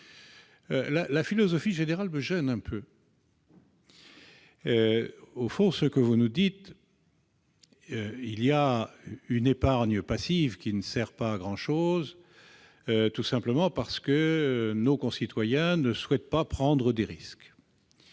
sa philosophie générale me gêne un peu. Au fond, monsieur le ministre, ce que vous nous dites, c'est qu'il y a une épargne passive, qui ne sert pas à grand-chose, tout simplement parce que nos concitoyens ne souhaitent pas prendre des risques.